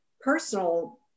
personal